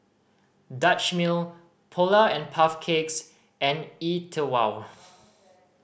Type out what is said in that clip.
Dutch Mill Polar and Puff Cakes and E Twow